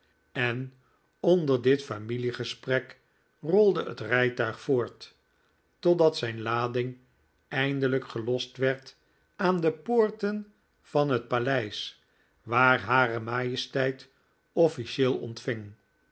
en onder dit familiegesprek rolde het rijtuig voort totdat zijn lading eindelijk gelost werd aan de poorten van het paleis waar hare majesteit offlcieel ontving